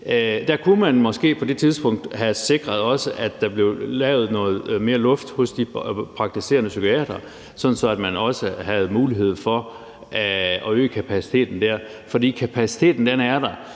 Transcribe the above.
Man kunne måske på det tidspunkt også have sikret, at der blev lavet noget mere luft hos de praktiserende psykiatere, sådan at man også havde mulighed for at øge kapaciteten der. For kapaciteten er der,